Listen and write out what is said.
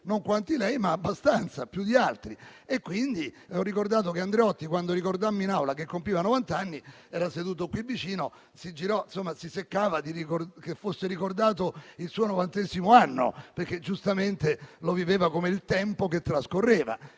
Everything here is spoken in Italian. non quanti lei, ma abbastanza più di altri. Quindi, ho ricordato che Andreotti, quando ricordammo in Aula che compiva novant'anni, era seduto qui vicino, insomma si seccava che fosse ricordato il suo novantesimo anno, perché giustamente lo viveva come il tempo che trascorreva.